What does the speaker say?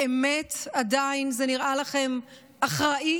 באמת עדיין זה נראה לכם אחראי?